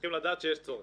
צריכים לדעת שיש צורך.